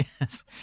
Yes